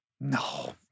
No